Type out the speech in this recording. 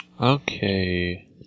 Okay